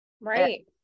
Right